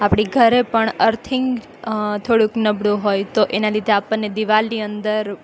આપણી ઘરે પણ અરથિંગ થોડુંક નબળું હોય તો એનાં લીધે આપણને દીવાલની અંદર